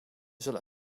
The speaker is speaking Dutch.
zullen